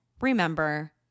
remember